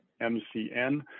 MCN